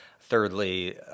Thirdly